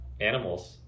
animals